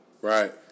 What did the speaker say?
Right